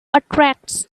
attracts